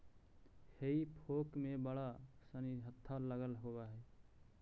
हेई फोक में बड़ा सानि हत्था लगल होवऽ हई